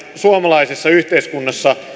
suomalaisessa yhteiskunnassa on